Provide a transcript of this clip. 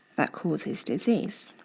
that causes disease.